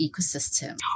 ecosystem